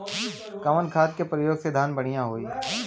कवन खाद के पयोग से धान बढ़िया होई?